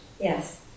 Yes